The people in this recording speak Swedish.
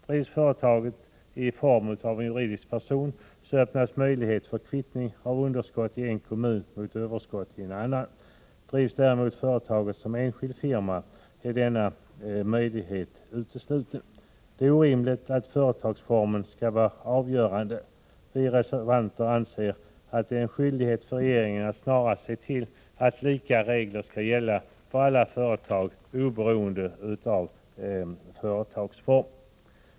Drivs företaget i form av juridisk person öppnas möjlighet för kvittning av underskott i en kommun mot överskott i en annan kommun. Drivs företaget däremot som enskild firma är denna möjlighet utesluten. Det är orimligt att företagsformen skall vara avgörande. Vi reservanter anser att det är en skyldighet för regeringen att snarast se till att lika regler skall gälla för alla företag — oberoende av företagsform.